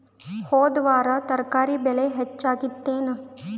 ಹೊದ ವಾರ ತರಕಾರಿ ಬೆಲೆ ಹೆಚ್ಚಾಗಿತ್ತೇನ?